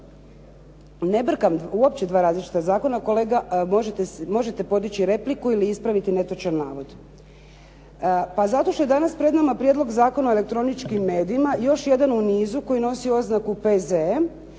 Ne brkam uopće dva različita zakona. Kolega, možete podići repliku ili ispraviti netočan navod. Pa zato što je danas pred nama Prijedlog zakona o elektroničkim medijima još jedan u nizu koji nosi oznaku P.Z.E.